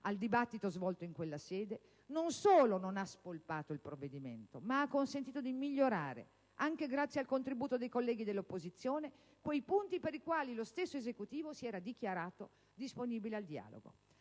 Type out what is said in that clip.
al dibattito svolto in quella sede - non solo non ha «spolpato» il provvedimento, ma ha consentito di migliorare, anche grazie al contributo dei colleghi dell'opposizione, quei punti per i quali lo stesso Esecutivo si era dichiarato disponibile al dialogo.